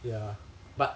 ya but